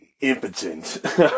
impotent